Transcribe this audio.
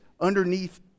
underneath